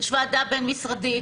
יש ועדה בין-משרדית,